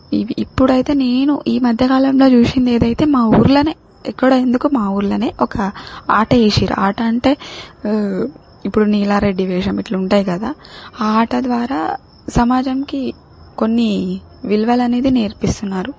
ఇవి ఇప్పుడైతే నేను ఈ మధ్య కాలంలో చూసిందేదైతే మా ఊర్లోనే ఎక్కడో ఎందుకు మా ఊర్లోనే ఒక ఆట ఏషిర్రు ఆట అంటే ఇప్పుడు నీలారెడ్డి వేషం ఇట్లా ఉంటాయి కదా ఆ ఆట ద్వారా సమాజంకి కొన్ని విలువలనేది నేర్పిస్తున్నారు